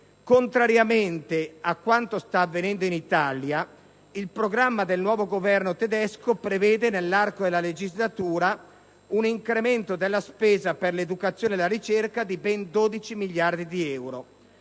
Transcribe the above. contrariamente a quanto sta avvenendo in Italia, il programma del nuovo Governo tedesco prevede, nell'arco della legislatura, un incremento della spesa per l'educazione e la ricerca di ben 12 miliardi di euro.